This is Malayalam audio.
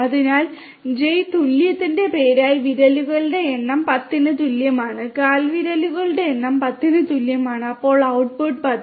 അതിനാൽ ജെയ്ന് തുല്യമായ പേര് വിരലുകളുടെ എണ്ണം 10 ന് തുല്യമാണ് കാൽവിരലുകളുടെ എണ്ണം 10 ന് തുല്യമാണ് അപ്പോൾ ഔട്ട്ട്ട്പുട്ട് 10